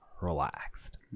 relaxed